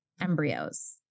embryos